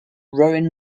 rowing